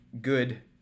good